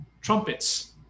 trumpets